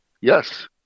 yes